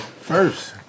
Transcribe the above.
first